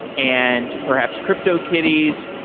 and perhaps cryptokitties.